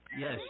yes